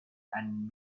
and